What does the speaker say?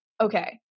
okay